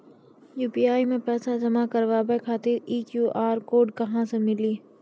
UPI मे पैसा जमा कारवावे खातिर ई क्यू.आर कोड कहां से मिली?